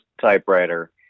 typewriter